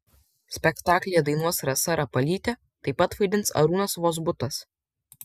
spektaklyje dainuos rasa rapalytė taip pat vaidins arūnas vozbutas